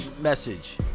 message